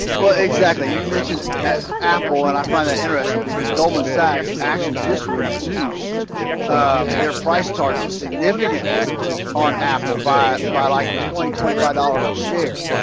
well, exactly. you mentioned apple and i find that interesting because goldman sachs actually just reduced their price targets significantly on apple by by like twenty, twenty five dollars a share